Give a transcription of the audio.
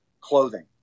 clothing